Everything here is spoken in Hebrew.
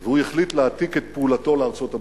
והוא החליט להעתיק את פעולתו לארצות-הברית.